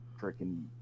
freaking